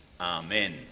Amen